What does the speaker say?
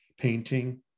painting